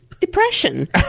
Depression